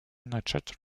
начать